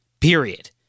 Period